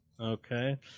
Okay